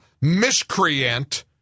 miscreant